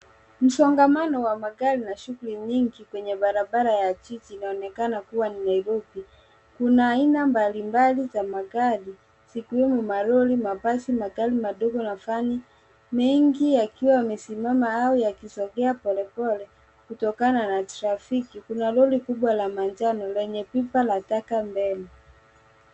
Msongamano wa magari na shughli nyingi kwenye barabara ya jiji inaoonekana kuwa ni Nairobi. Kuna aina mbali mbali za magari zikiwemo malori ,mabasi, magari madogo na vani, mengi yakiwa yamesimama au yakisongea pole pole kutokana na trafiki kuna lori kubwa la manjano lenye pipa la taka mbele.